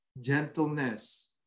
gentleness